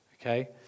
Okay